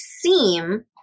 seem